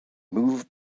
move